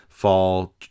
fall